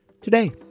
today